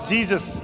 Jesus